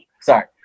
sorry